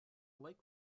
lake